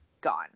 Gone